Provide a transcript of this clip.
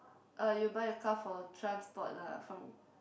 uh you will buy a car for transport lah from